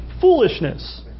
foolishness